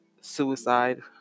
suicide